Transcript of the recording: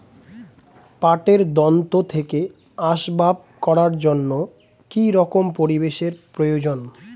পাটের দণ্ড থেকে আসবাব করার জন্য কি রকম পরিবেশ এর প্রয়োজন?